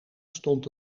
stond